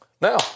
Now